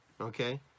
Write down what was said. okay